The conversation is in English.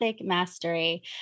Mastery